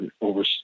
over